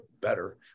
better